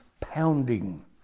pounding